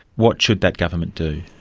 what should that government do?